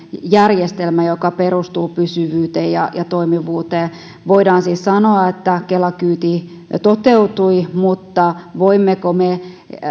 järjestelmä joka perustuu pysyvyyteen ja ja toimivuuteen voidaan siis sanoa että kela kyyti toteutui mutta voimmeko me